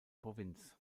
provinz